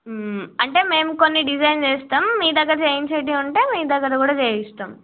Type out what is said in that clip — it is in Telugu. అంటే మేము కొన్ని డిజైన్ చేస్తాము మీ దగ్గర చేయించేవి ఉంటే మీ దగ్గర కూడా చేయిస్తాము